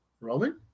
Roman